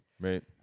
Right